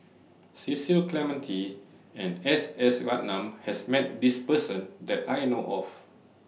Cecil Clementi and S S Ratnam has Met This Person that I know of